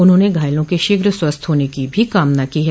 उन्होंने घायलों के शीघ्र स्वस्थ होने की भी कामना की है